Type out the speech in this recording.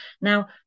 Now